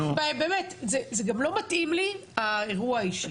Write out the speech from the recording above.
באמת, זה גם לא מתאים לי האירוע האישי,